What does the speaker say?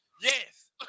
Yes